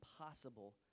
impossible